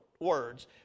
words